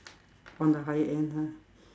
on the higher end ha